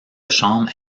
chambre